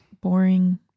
boring